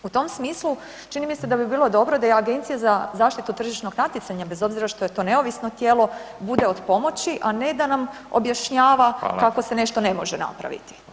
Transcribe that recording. U tom smislu, čini mi se da bi bilo dobro da i Agencija za zaštitu tržišnog natjecanja, bez obzira što je to neovisno tijelo, bude od pomoći, a ne da nam objašnjava kako se nešto ne može napraviti.